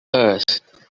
earth